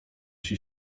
się